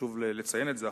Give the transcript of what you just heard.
חשוב לציין את זה,